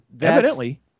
evidently